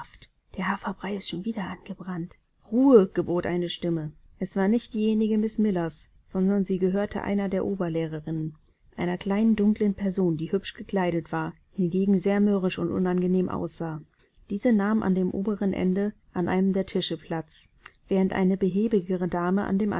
der haferbrei ist schon wieder angebrannt ruhe gebot eine stimme es war nicht diejenige miß millers sondern sie gehörte einer der oberlehrerinnen einer kleinen dunklen person die hübsch gekleidet war hingegen sehr mürrisch und unangenehm aussah diese nahm an dem oberen ende an einem der tische platz während eine behäbigere dame an dem